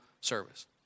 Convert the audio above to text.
service